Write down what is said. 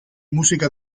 música